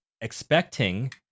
expecting